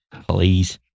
please